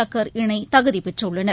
Tucker இணைதகுதிபெற்றுள்ளனர்